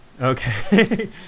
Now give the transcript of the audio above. okay